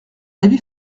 avis